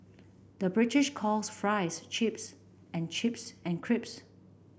the British calls fries chips and chips and crisps